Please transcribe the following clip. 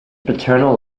paternal